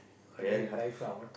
very hard to say